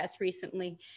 recently